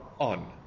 on